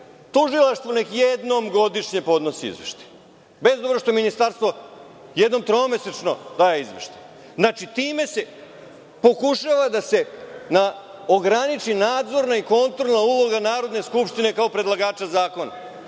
tužilaštvo neka jednom godišnje podnosi izveštaj, bez obzira što Ministarstvo jednom tromesečno daje izveštaj. Time se pokušava da se ograniči nadzorna i kontrolna uloga Narodne skupštine kao predlagača